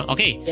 Okay